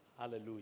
Hallelujah